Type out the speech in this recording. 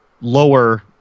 lower